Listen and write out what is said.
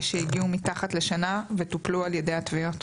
שהגיעו מתחת לשנה וטופלו על ידי התביעות.